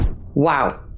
Wow